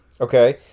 Okay